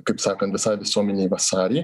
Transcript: kaip sakant visai visuomenei vasarį